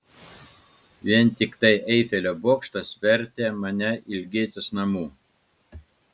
vien tiktai eifelio bokštas vertė mane ilgėtis namų